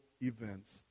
events